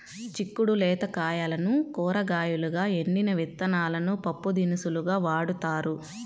చిక్కుడు లేత కాయలను కూరగాయలుగా, ఎండిన విత్తనాలను పప్పుదినుసులుగా వాడతారు